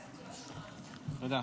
תודה.